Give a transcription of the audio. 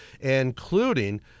including